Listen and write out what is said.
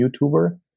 youtuber